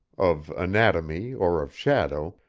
of anatomy or of shadow,